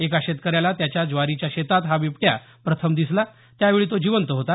एका शेतकऱ्याला त्याच्या ज्वारीच्या शेतात हा बिबट्या प्रथम दिसला त्या वेळी तो जिवंत होता